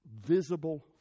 visible